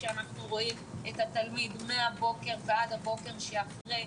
בו אנחנו רואים את התלמיד מהבוקר ועד הבוקר שאחרי.